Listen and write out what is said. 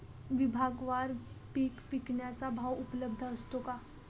विभागवार पीक विकण्याचा भाव उपलब्ध असतो का?